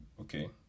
okay